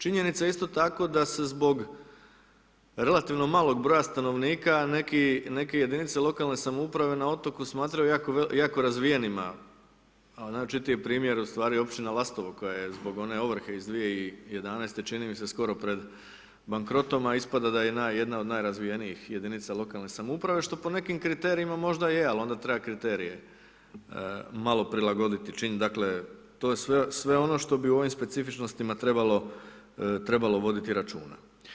Činjenica je isto tako da se zbog relativno malog broja stanovnika neki jedinice lokalne samouprave na otoku smatraju jako razvijenima, a najočitiji primjer je u stvari općina Lastovo koja je zbog one ovrhe ih 2011. čini mi se skoro pred bankrotom, a ispada da je jedna od najrazvijenijih jedinica lokalne samouprave što po nekim kriterijima možda je ali onda treba kriterije malo prilagoditi, dakle to je sve ono što bi u ovim specifičnostima trebalo voditi računa.